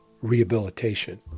rehabilitation